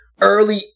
early